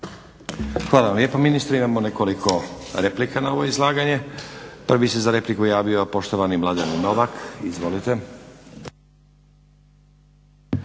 Hvala vam lijepa ministre. Imamo nekoliko replika na ovo izlaganje. Prvi se za repliku javio poštovani Mladen Novak. Izvolite. **Novak,